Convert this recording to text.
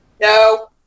No